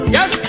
Yes